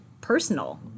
personal